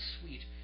sweet